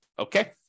Okay